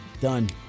done